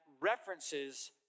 references